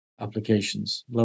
applications